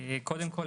קודם כול,